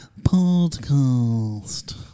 Podcast